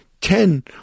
ten